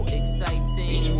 exciting